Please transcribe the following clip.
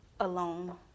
Alone